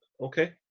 Okay